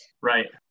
Right